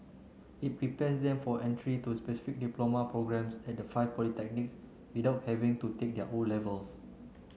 it prepares them for entry to specific diploma programmes at the five polytechnics without having to take their O levels